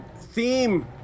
theme